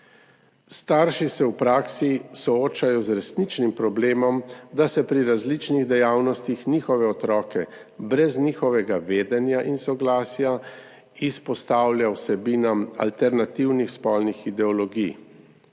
Starši se v praksi soočajo z resničnim problemom, da se pri različnih dejavnostih njihove otroke brez njihovega vedenja in soglasja izpostavlja vsebinam alternativnih spolnih ideologij.